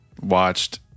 watched